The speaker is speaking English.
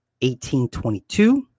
1822